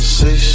say